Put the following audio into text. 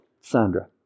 Sandra